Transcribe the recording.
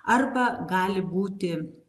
arba gali būti